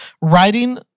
Writing